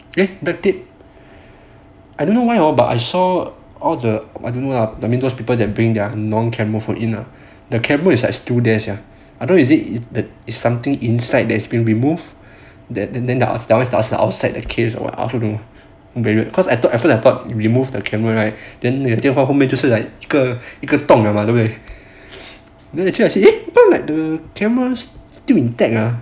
eh black tape I don't know why hor but I saw all the I don't know lah I mean those people that bring their non camera phone in lah the camera is like still there sia I don't know is it something inside there's been removed that and then the that [one] is the outside the case or what I also don't know very weird cause I thought at first I thought you remove the camera right then your 电话后面就是 like 一个一个洞了 mah then actually I see like how come the camera still intact [ah]it